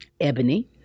Ebony